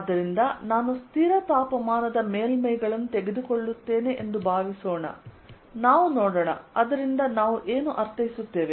ಆದ್ದರಿಂದ ನಾನು ಸ್ಥಿರ ತಾಪಮಾನದ ಮೇಲ್ಮೈಗಳನ್ನು ತೆಗೆದುಕೊಳ್ಳುತ್ತೇನೆ ಎಂದು ಭಾವಿಸೋಣ ಅದರಿಂದ ನಾವು ಏನು ಅರ್ಥೈಸುತ್ತೇವೆ